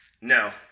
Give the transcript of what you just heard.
No